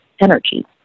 energy